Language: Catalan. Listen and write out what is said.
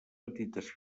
petites